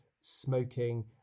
smoking